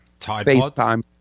FaceTime